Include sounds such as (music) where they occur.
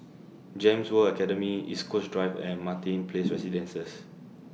Gems World Academy East Coast Drive and Martin Place (noise) Residences